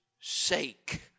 sake